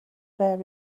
there